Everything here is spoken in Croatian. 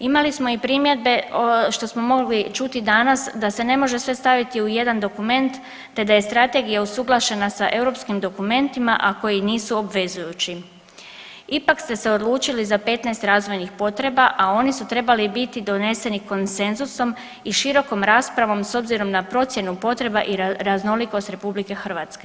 Imali smo i primjedbe što smo mogli čuti danas, da se ne može sve staviti u jedan dokument te da je Strategija usuglašena sa europskim dokumentima, a koji nisu obvezujući, ipak ste se odlučili za 15 razvojnih potreba, a oni su trebali biti doneseni konsenzusom i širokom raspravom s obzirom na procjenu potreba i raznolikost RH.